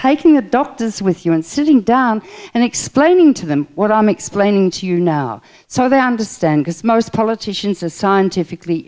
taking the doctors with you and sitting down and explaining to them what i'm explaining to you now so they understand because most politicians are scientifically